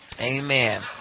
Amen